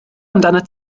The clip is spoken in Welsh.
amdanat